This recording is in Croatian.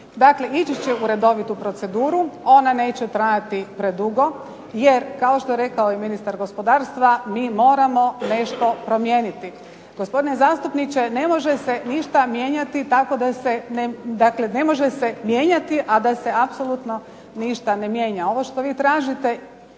Dakle, ići će u redovitu proceduru, ona neće trajati predugo, jer kao što je rekao i ministar gospodarstva mi moramo nešto promijeniti. Gospodine zastupniče ne može se ništa mijenjati tako da se, dakle ne može se mijenjati